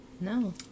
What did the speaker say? No